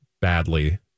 badly